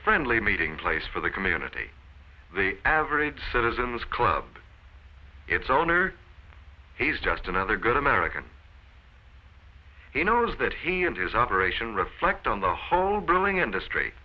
friendly meeting place for the community average citizens club its owner he's just another good american he knows that he and his operation reflect on the whole brewing industry